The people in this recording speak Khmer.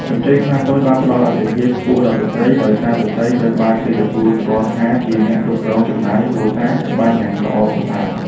កម្ចីខ្នាតតូចបានផ្ដល់អាទិភាពខ្ពស់ដល់ស្ត្រី ដោយសារស្ត្រីត្រូវបានគេទទួលស្គាល់ថាជាអ្នកគ្រប់គ្រងចំណាយគ្រួសារបានយ៉ាងល្អប្រសើរ។